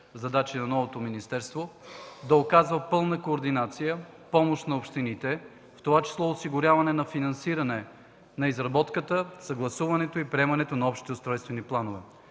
задачи на новото министерство – да оказва пълна координация и помощ на общините, в това число осигуряване на финансиране на изработката, съгласуването и приемането на общите устройствени планове.